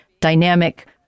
dynamic